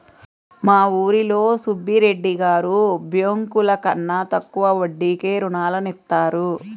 మా ఊరిలో సుబ్బిరెడ్డి గారు బ్యేంకుల కన్నా తక్కువ వడ్డీకే రుణాలనిత్తారు